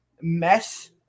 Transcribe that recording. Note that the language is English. mess